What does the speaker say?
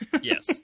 Yes